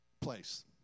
place